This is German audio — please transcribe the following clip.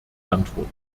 antwort